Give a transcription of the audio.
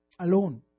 alone